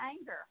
anger